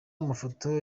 mafoto